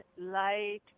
light